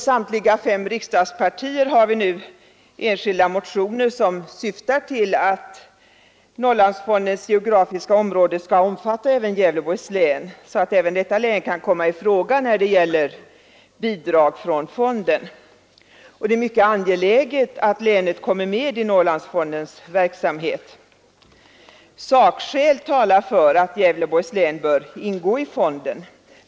Samtliga fem riksdagspartier är representerade i nu aktuella enskilda motioner som syftar till att Norrlandsfondens geografiska område skall omfatta även Gävleborgs län, så att detta län kan komma i fråga när det gäller bidrag från fonden. Det är angeläget att länet kommer med i Norrlandsfondens verksamhet. Sakskäl talar för att Gävleborgs län bör ingå i fonden.